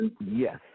yes